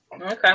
Okay